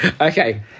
Okay